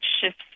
shifts